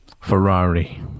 Ferrari